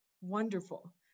wonderful